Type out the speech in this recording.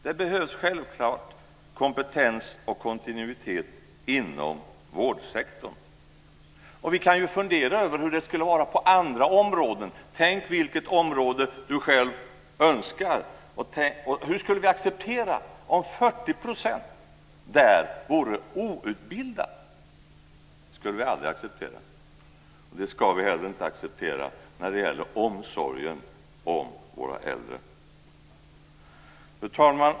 Det behövs självklart kompetens och kontinuitet inom vårdsektorn. Vi kan fundera över hur det skulle vara på andra områden. Tänk på vilket område du själv önskar. Hur skulle vi acceptera om 40 % av personalen där vore outbildad? Det skulle vi aldrig acceptera, och det ska vi inte heller acceptera när det gäller omsorgen om våra äldre. Fru talman!